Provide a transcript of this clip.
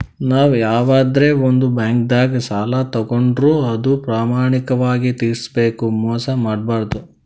ನಾವ್ ಯವಾದ್ರೆ ಒಂದ್ ಬ್ಯಾಂಕ್ದಾಗ್ ಸಾಲ ತಗೋಂಡ್ರ್ ಅದು ಪ್ರಾಮಾಣಿಕವಾಗ್ ತಿರ್ಸ್ಬೇಕ್ ಮೋಸ್ ಮಾಡ್ಬಾರ್ದು